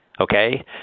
Okay